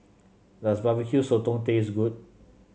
does Barbecue Sotong taste good